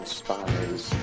spies